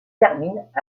terminent